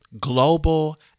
global